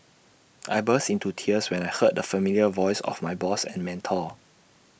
I burst into tears when I heard the familiar voice of my boss and mentor